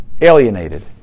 alienated